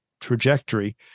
trajectory